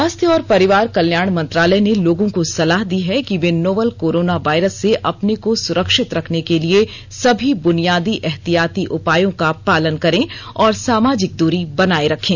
स्वास्थ्य और परिवार कल्याण मंत्रालय ने लोगों को सलाह दी है कि वे नोवल कोरोना वायरस से अपने को सुरक्षित रखने के लिए सभी बुनियादी एहतियाती उपायों का पालन करें और सामाजिक दूरी बनाए रखें